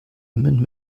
niemand